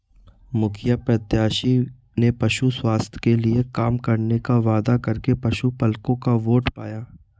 मुखिया प्रत्याशी ने पशु स्वास्थ्य के लिए काम करने का वादा करके पशुपलकों का वोट पाया